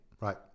Right